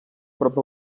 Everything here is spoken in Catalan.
prop